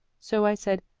so i said,